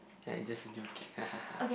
ya it just joking